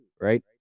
right